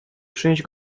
przynieść